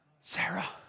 Sarah